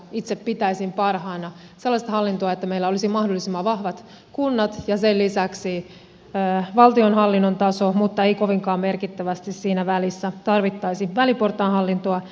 itse pitäisin parhaana sellaista hallintoa että meillä olisi mahdollisimman vahvat kunnat ja sen lisäksi valtionhallinnon taso mutta ei kovinkaan merkittävästi siinä välissä tarvittaisi väliportaan hallintoa